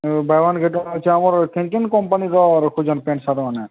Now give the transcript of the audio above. ହଉ buy one get one ଅଛେ ଆମର୍ କେନ୍ କେନ୍ କମ୍ପାନୀର ରଖୁଛନ୍ ପେଣ୍ଟ ସାର୍ଟ'ମାନେ